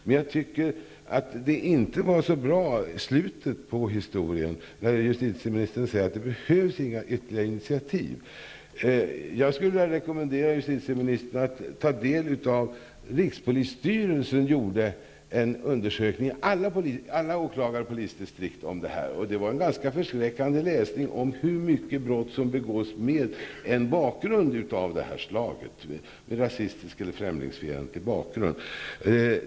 Men jag tycker att slutet på historien inte var så bra, när justitieministern sade att det inte behövs några ytterligare initiativ. Rikspolisstyrelsen gjorde en undersökning hos alla åklagare och polisdistrikt om detta. Jag skulle vilja rekommendera justitieministern att ta del av den. Det var en ganska förskräckande läsning om hur mycket brott som begås med rasistisk eller främlingsfientlig bakgrund.